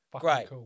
great